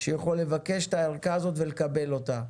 שהוא יוכל לבקש את הערכה הזאת ולקבל אותה,